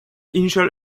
initial